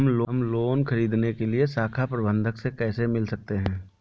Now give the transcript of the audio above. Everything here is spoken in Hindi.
हम लोन ख़रीदने के लिए शाखा प्रबंधक से कैसे मिल सकते हैं?